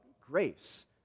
grace